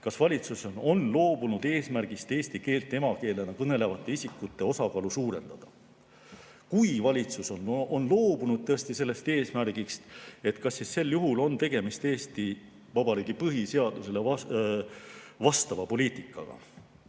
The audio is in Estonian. Kas valitsus on loobunud eesmärgist eesti keelt emakeelena kõnelevate isikute osakaalu suurendada? Kui valitsus on tõesti loobunud sellest eesmärgist, kas sel juhul on tegemist Eesti Vabariigi põhiseadusele vastava poliitikaga?